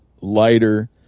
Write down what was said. lighter